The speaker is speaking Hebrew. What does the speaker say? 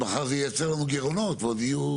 ומחר זה עוד ייצר לנו גירעונות ועוד יהיו